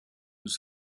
nous